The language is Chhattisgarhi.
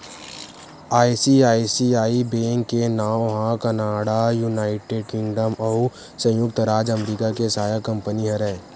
आई.सी.आई.सी.आई बेंक के नांव ह कनाड़ा, युनाइटेड किंगडम अउ संयुक्त राज अमरिका के सहायक कंपनी हरय